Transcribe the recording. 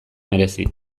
merezi